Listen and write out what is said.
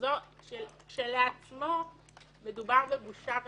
זה כשלעצמו בושה וחרפה.